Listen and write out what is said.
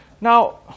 Now